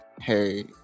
hey